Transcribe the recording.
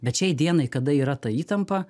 bet šiai dienai kada yra ta įtampa